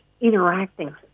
interacting